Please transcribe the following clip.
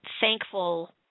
thankful